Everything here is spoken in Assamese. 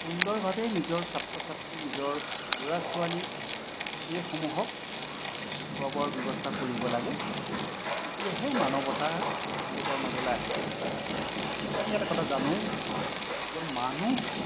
সুন্দৰভাৱে নিজৰ ছাত্ৰ ছাত্ৰী নিজৰ ল'ৰা ছোৱালী এইসমূহক দেখুৱাবৰ ব্যৱস্থা কৰিব লাগে তেতিয়াহে মানৱতা তেওঁলোকৰ মাজলৈ আহিব আৰু আমি এটা কথা জানো যে মানুহ